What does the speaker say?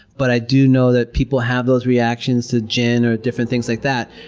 but i do know that people have those reactions to gin or different things like that,